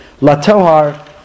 La-Tohar